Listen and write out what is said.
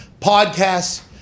podcasts